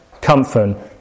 comfort